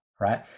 right